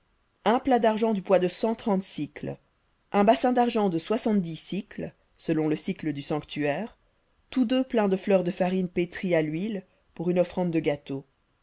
un plat d'argent du poids de cent trente un bassin d'argent de soixante-dix sicles selon le sicle du sanctuaire tous deux pleins de fleur de farine pétrie à l'huile pour une offrande de gâteau